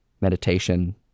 meditation